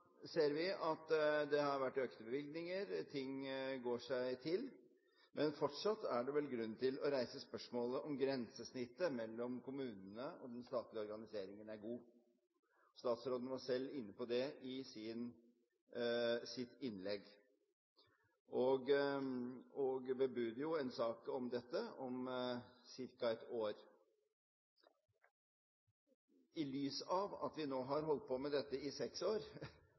ser vi at det har vært økte bevilgninger, og ting går seg til. Men fortsatt er det vel grunn til å reise spørsmålet om grensesnittet mellom kommunene og den statlige organiseringen er god. Statsråden var selv inne på det i sitt innlegg og bebuder en sak om dette om ca. ett år. I lys av at vi nå har holdt på med dette i seks år,